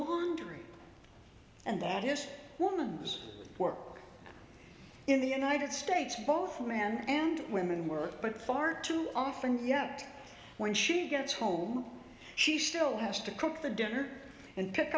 laundry and that is woman's work in the united states both men and women work but far too often yet when she gets home she still has to cook the dinner and pick